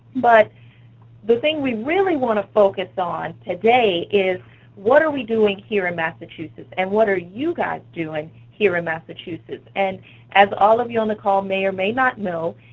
but the thing we really want to focus on today is what are we doing here in massachusetts, and what are you guys doing here in massachusetts? and as all of you on the call may or may not know,